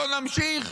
בואו נמשיך,